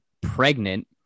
pregnant